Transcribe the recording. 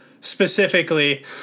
specifically